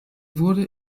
wurde